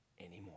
anymore